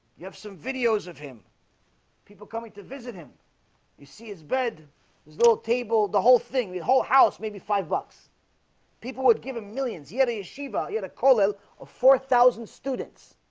you have some videos of him people coming to visit him you see his bed there's a little table the whole thing the whole house maybe five bucks people would give him millions he had a yeshiva. he had a kollel of four thousand students